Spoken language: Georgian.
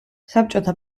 საბჭოთა